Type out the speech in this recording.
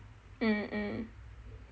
mm mm